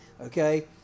Okay